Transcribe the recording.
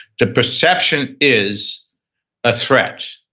the perception is a threat.